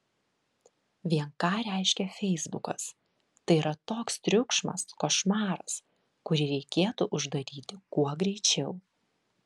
vien ką reiškia feisbukas tai yra toks triukšmas košmaras kurį reikėtų uždaryti kuo greičiau